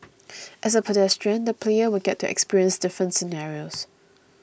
as a pedestrian the player will get to experience different scenarios